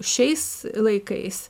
šiais laikais